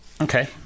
Okay